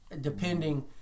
depending